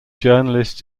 journalists